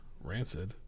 Rancid